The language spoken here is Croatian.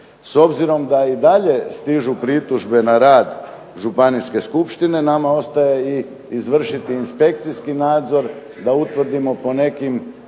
S obzirom da i dalje stižu pritužbe na rad Županijske skupštine nama ostaje i izvršiti i inspekcijski nadzor da utvrdimo po nekim